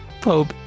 Pope